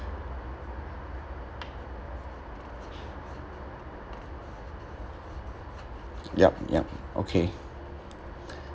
yup yup okay